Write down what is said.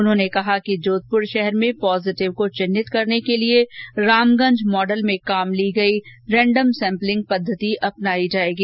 उन्होंने कहा कि जोधपुर शहर में पॉजिटिव को चिन्हित करने के लिए रामगंज मॉडल में काम में ली गई रेंडम सैम्पलिंग पद्वति अपनाई जाएगी